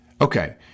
Okay